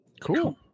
cool